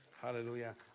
Hallelujah